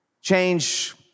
change